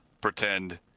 pretend